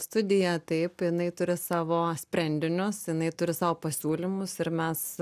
studija taip jinai turi savo sprendinius jinai turi savo pasiūlymus ir mes